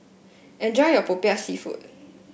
enjoy your Popiah seafood